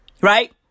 Right